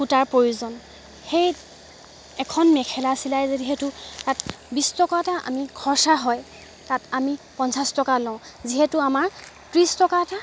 সূতাৰ প্ৰয়োজন সেই এখন মেখেলা চিলাই যিহেতু তাত বিছ টকা এটা আমি খৰচা হয় তাত আমি পঞ্চাছ টকা লওঁ যিহেতু আমাৰ ত্ৰিছ টকা এটা